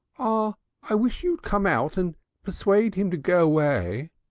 ah i wish you'd come out and persuade him to go away,